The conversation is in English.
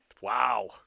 Wow